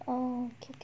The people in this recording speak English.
oh